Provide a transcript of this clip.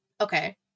okay